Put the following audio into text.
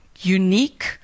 unique